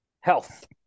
Health